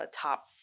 top